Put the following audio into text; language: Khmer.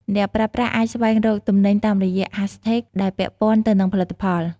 អ្នកប្រើប្រាស់អាចស្វែងរកទំនិញតាមរយៈ ហាស់ ថេក hashtags ដែលពាក់ព័ន្ធទៅនឹងផលិតផល។